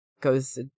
goes